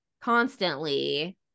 constantly